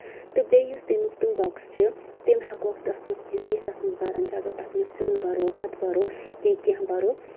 تہٕ بیٚیہِ یُس تَمیُک تٕم بۄکٕس چھِ تِم ہٮ۪کوکھ تَتھ منٛز یِتُھے أسۍ تَتھ منٛز بران چھِ اَگر أسۍ تَتھ منٛز سیُن بَرو بَتہٕ بَرو یا کیٚنٛہہ بَرو